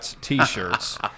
T-shirts